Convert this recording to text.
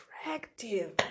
attractive